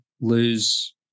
lose